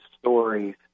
stories